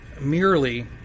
merely